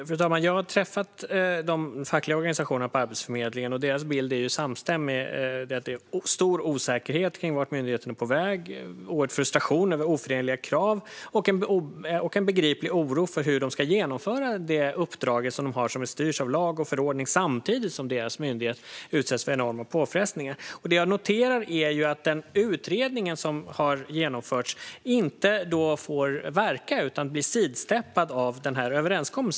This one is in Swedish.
Fru talman! Jag har träffat de fackliga organisationerna på Arbetsförmedlingen, och deras bild är samstämmig om att det är en stor osäkerhet om vart myndigheten är på väg. Det är en oerhörd frustration över oförenliga krav och en begriplig oro över hur de ska genomföra det uppdrag som de har och som styrs av lagar och förordningar, samtidigt som deras myndighet utsätts för enorma påfrestningar. Jag noterar att den utredning som har genomförts inte får verka utan blir sidsteppad av denna överenskommelse.